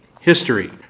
History